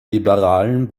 liberalen